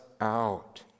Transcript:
out